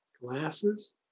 glasses